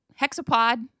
hexapod